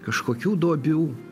kažkokių duobių